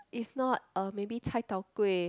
is not maybe like cai-tao-kway